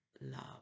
love